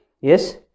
Yes